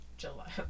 july